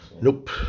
Nope